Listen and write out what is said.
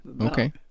Okay